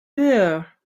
there